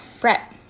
Brett